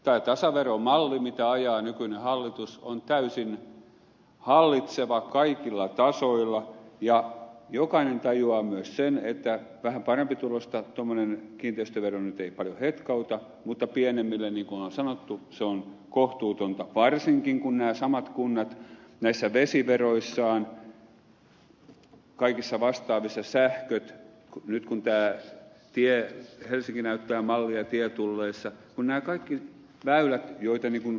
tämä tasaveromalli mitä ajaa nykyinen hallitus on täysin hallitseva kaikilla tasoilla ja jokainen tajuaa myös sen että vähän parempituloista tuommoinen kiinteistövero nyt ei paljon hetkauta mutta pienemmille niin kuin on sanottu se on kohtuutonta varsinkin kun nämä samat kunnat näissä vesiveroissaan kaikissa vastaavissa sähköt nyt kun tämä helsinki näyttää mallia tietulleissa kun nämä kaikki väylät ed